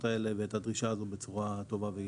האלה ואת הדרישה בצורה טובה ביותר.